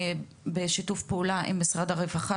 בשיתוף פעולה עם משרד הרווחה,